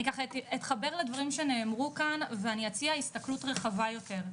אני אתחבר לדברים שנאמרו כאן ואני אציע הסתכלות רחבה יותר.